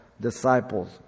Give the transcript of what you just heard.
disciples